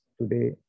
today